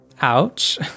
Ouch